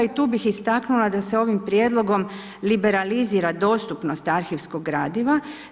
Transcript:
I tu bih istaknula da se ovim prijedlogom liberalizira dostupnost arhivskog gradiva.